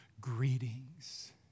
greetings